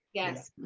yes.